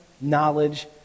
knowledge